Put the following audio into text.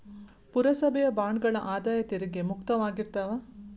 ಪುರಸಭೆಯ ಬಾಂಡ್ಗಳ ಆದಾಯ ತೆರಿಗೆ ಮುಕ್ತವಾಗಿರ್ತಾವ